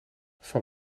van